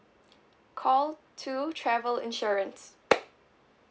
call two travel insurance